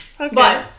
Okay